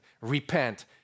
repent